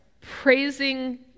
praising